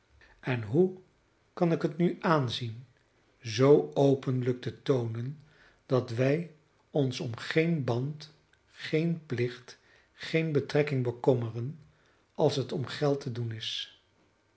en hoe kan ik het nu aanzien zoo openlijk te toonen dat wij ons om geen band geen plicht geene betrekking bekommeren als het om geld te doen is